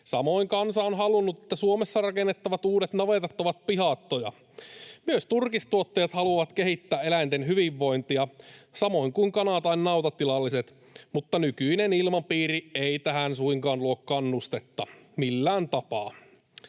Samoin kansa on halunnut, että Suomessa rakennettavat uudet navetat ovat pihattoja. Myös turkistuottajat haluavat kehittää eläinten hyvinvointia, samoin kuin kana- tai nautatilalliset, mutta nykyinen ilmapiiri ei tähän suinkaan luo kannustetta millään tapaa.